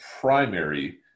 primary